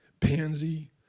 pansy